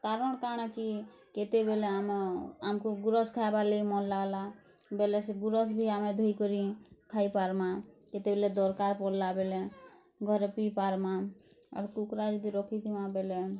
କାରଣ୍ କାଣା କି କେତେବେଲେ ଆମ ଆମ୍କୁ ଗୁରଷ୍ ଖାଇବାର୍ ଲାଗି ମନ୍ ଲାଗ୍ଲା ବେଲେ ସେ ଗୁରଷ୍ ଆମେ ଧୋଇକରି ଖାଇ ପାର୍ମା କେତେବେଲେ ଦର୍କାର୍ ପଡ଼୍ଲା ବେଲେ ଘରେ ପି ପାର୍ମା ଆର୍ କୁକୁରା ଯଦି ରଖିଥିମା ବେଲେ